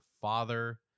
father